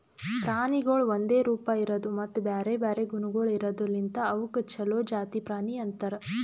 ಪ್ರಾಣಿಗೊಳ್ ಒಂದೆ ರೂಪ, ಇರದು ಮತ್ತ ಬ್ಯಾರೆ ಬ್ಯಾರೆ ಗುಣಗೊಳ್ ಇರದ್ ಲಿಂತ್ ಅವುಕ್ ಛಲೋ ಜಾತಿ ಪ್ರಾಣಿ ಅಂತರ್